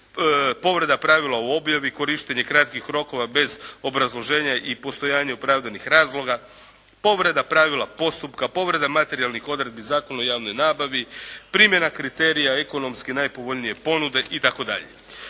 povreda pravila u objavi, korištenje kratkih rokova bez obrazloženja i postojanju opravdanih razloga, povreda pravila postupka, povreda materijalnih odredbi Zakona o javnoj nabavi, primjena kriterija ekonomski najpovoljnije ponude itd.